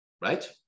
right